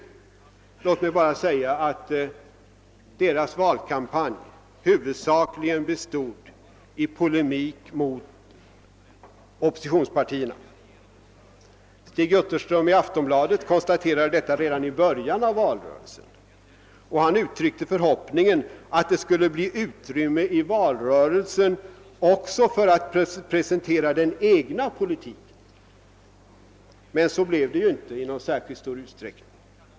Låt mig bara säga att deras valkampanj huvudsakligen bestod i polemik mot oppositionspartierna. Stig Jutterström i Aftonbladet konstaterade detta redan i början av valrörelsen, och han uttryckte förhoppningen att det skulle bli utrymme i valrörelsen också för att presentera den egna politiken. Så blev ju inte fallet i någon särskilt stor utsträckning.